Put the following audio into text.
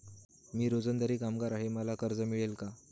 मी रोजंदारी कामगार आहे मला कर्ज मिळेल का?